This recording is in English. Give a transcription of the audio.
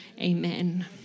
amen